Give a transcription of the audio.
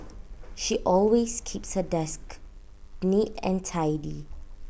she always keeps her desk neat and tidy